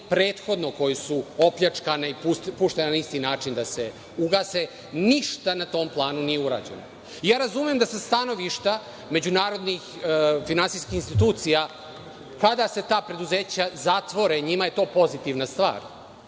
prethodno koji su opljačkani pušteni na isti način da se ugase, ništa na tom planu nije urađeno. Razumem da sa stanovišta međunarodnih finansijskih institucija, kada se ta preduzeća zatvore, njima je to pozitivna star.